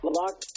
lock